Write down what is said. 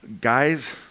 guys